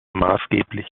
maßgeblich